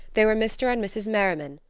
there were mr. and mrs. merriman,